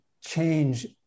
change